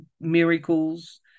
miracles